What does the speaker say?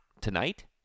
Tonight